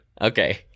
Okay